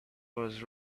was